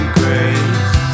grace